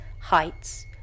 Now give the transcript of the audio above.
heights